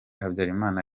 habyarimana